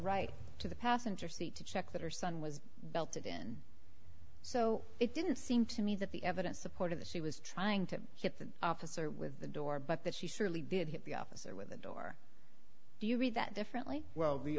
right to the passenger seat to check that her son was belted in so it didn't seem to me that the evidence supported the she was trying to hit the officer with the door but that she surely did hit the officer with it or do you read that differently well